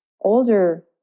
older